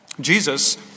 Jesus